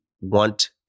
want